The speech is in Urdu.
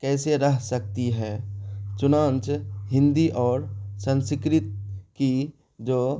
کیسے رہ سکتی ہے چنانچہ ہندی اور سنسکرت کی جو